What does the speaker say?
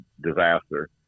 disaster